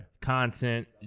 content